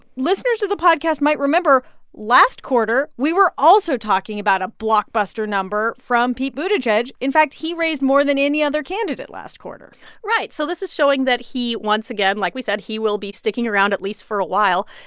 listeners to the podcast might remember last quarter, we were also talking about a blockbuster number from pete buttigieg. in fact, he raised more than any other candidate last quarter right. so this is showing that he once again, like we said, he will be sticking around at least for a while.